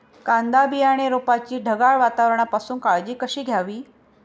कांदा बियाणे रोपाची ढगाळ वातावरणापासून काळजी कशी घ्यावी?